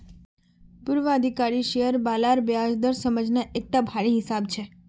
पूर्वाधिकारी शेयर बालार ब्याज दर समझना एकटा भारी हिसाब छै